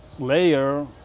layer